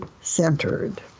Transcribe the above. centered